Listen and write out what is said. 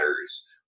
matters